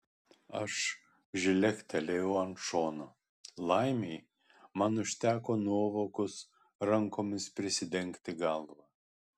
aš žlegtelėjau ant šono laimei man užteko nuovokos rankomis prisidengti galvą